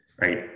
right